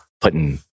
putting